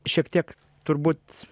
šiek tiek turbūt